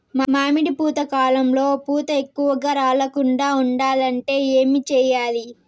మామిడి పూత కాలంలో పూత ఎక్కువగా రాలకుండా ఉండాలంటే ఏమి చెయ్యాలి?